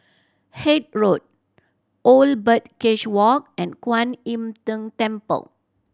Haig Road Old Birdcage Walk and Kuan Im Tng Temple